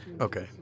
Okay